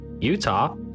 Utah